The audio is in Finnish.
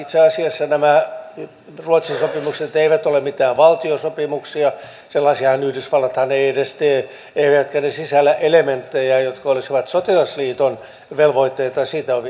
itse asiassa nämä ruotsin sopimukset eivät ole mitään valtiosopimuksia sellaisiahan yhdysvallat ei edes tee eivätkä ne sisällä elementtejä jotka olisivat sotilasliiton velvoitteita ja sitovia